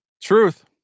truth